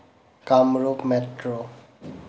Kamrup metro